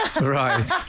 Right